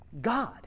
God